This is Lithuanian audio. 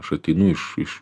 aš ateinu iš iš